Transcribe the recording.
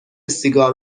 سیگار